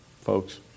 folks